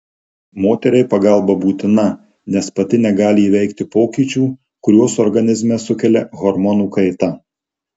moteriai pagalba būtina nes pati negali įveikti pokyčių kuriuos organizme sukelia hormonų kaita